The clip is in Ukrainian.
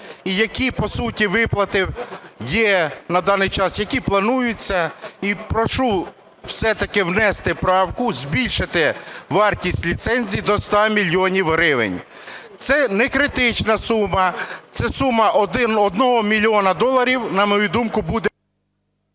і які, по суті, виплати є на даний час, які плануються. І прошу все-таки внести правку, збільшити вартість ліцензій до 100 мільйонів гривень. Це не критична сума, це сума 1 мільйона доларів, на мою думку, буде...